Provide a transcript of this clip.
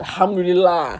alhamdulillah